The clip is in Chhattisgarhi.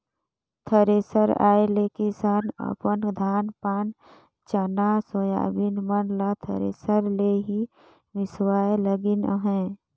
थेरेसर आए ले किसान अपन धान पान चना, सोयाबीन मन ल थरेसर ले ही मिसवाए लगिन अहे